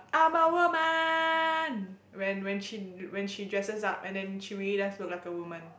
I'm a woman when when she when she dresses up and she really does look like a woman